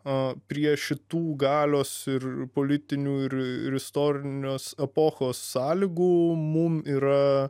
a prie šitų galios ir politinių ir ir istorinės epochos sąlygų mum yra